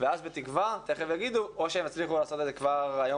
ואז בתקווה הם יצליחו לעשות את זה כבר היום